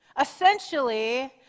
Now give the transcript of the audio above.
Essentially